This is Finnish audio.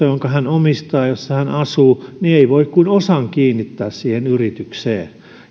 jonka hän omistaa jossa hän asuu ei voi kuin osan kiinnittää yritykseen